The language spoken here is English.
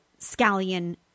scallion